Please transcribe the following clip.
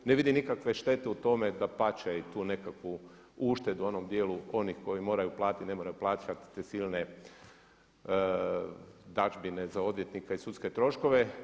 Ne vidim nikakve štete u tome, dapače nekakvu uštedu u onom dijelu oni koji moraju platiti i ne moraju platiti sad te silne dadžbine za odvjetnika i sudske troškove.